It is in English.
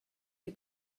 you